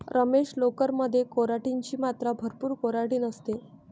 रमेश, लोकर मध्ये केराटिन ची मात्रा भरपूर केराटिन असते